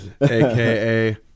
aka